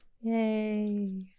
Yay